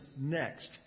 next